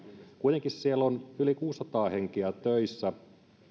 kuitenkin siellä on yli kuusisataa henkeä töissä